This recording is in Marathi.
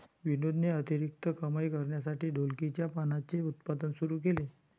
विनोदने अतिरिक्त कमाई करण्यासाठी ढोलकीच्या पानांचे उत्पादन सुरू केले